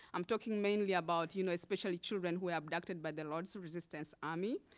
i'm talking mainly about you know especially children who are abducted by the lord's resistance army,